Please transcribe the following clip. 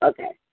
Okay